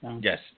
Yes